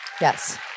Yes